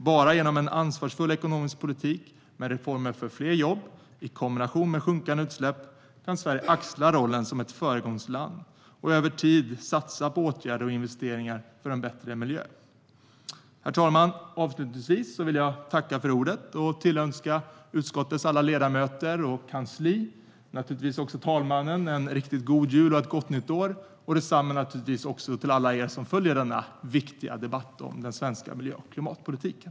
Bara genom en ansvarsfull ekonomisk politik med reformer för fler jobb i kombination med sjunkande utsläpp kan Sverige axla rollen som föregångsland och över tid satsa på åtgärder och investeringar för en bättre miljö. Herr talman! Avslutningsvis vill jag tacka för ordet och tillönska utskottets ledamöter och kansli och förstås herr talmannen en riktigt god jul och ett gott nytt år. Detsamma önskar jag givetvis alla er som följer denna viktiga debatt om den svenska miljö och klimatpolitiken.